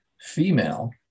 female